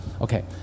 Okay